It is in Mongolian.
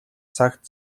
цагт